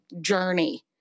journey